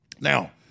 Now